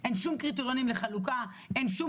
"שיעור הקפיטציה" של קופת